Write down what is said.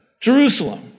Jerusalem